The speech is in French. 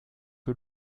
que